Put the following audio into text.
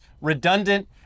redundant